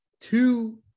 two